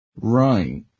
Right